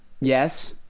yes